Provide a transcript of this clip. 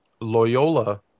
Loyola